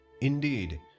Indeed